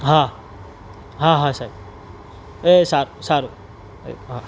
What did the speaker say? હા હા હા સાહેબ એ સા સારું એ હા